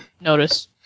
notice